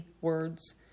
words